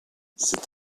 c’est